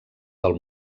del